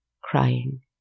crying